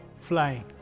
flying